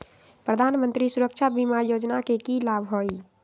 प्रधानमंत्री सुरक्षा बीमा योजना के की लाभ हई?